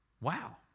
Wow